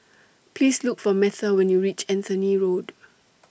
Please Look For Metha when YOU REACH Anthony Road